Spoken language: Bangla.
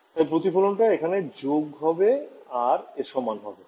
তাই প্রতিফলন টা এখানে যোগ হবে আর এর সমান হবে